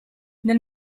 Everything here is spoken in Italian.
nel